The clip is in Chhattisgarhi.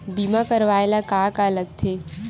बीमा करवाय ला का का लगथे?